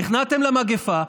נכנעתם למגפה.